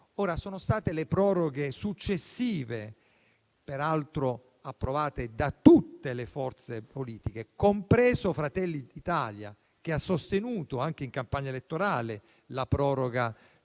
poi state le proroghe successive, peraltro approvate da tutte le forze politiche, compresa Fratelli d'Italia, che ha sostenuto anche in campagna elettorale la proroga della